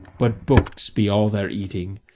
but books be all their eating,